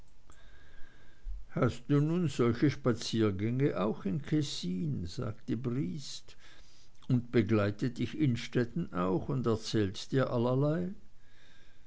hast du nun solche spaziergänge auch in kessin sagte briest und begleitet dich innstetten auch und erzählt dir allerlei